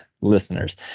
listeners